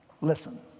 Listen